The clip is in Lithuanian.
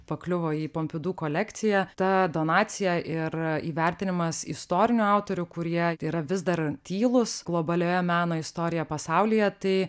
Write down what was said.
pakliuvo į pompidu kolekciją ta donacija ir įvertinimas istorinių autorių kurie yra vis dar tylūs globalioje meno istorijoje pasaulyje tai